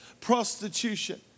prostitution